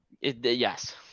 Yes